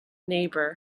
neighbour